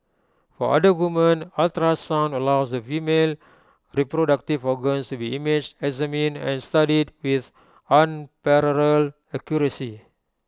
for other women ultrasound allows the female reproductive organs to be imaged examined and studied with unparalleled accuracy